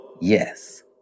Yes